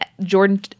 jordan